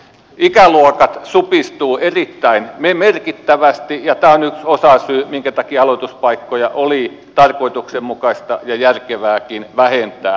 ikäluokat supistuvat erittäin merkittävästi ja tämä on yksi osasyy minkä takia aloituspaikkoja oli tarkoituksenmukaista ja järkevääkin vähentää